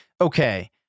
Okay